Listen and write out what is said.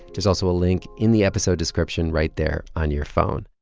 there's also a link in the episode description right there on your phone